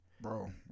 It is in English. Bro